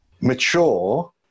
mature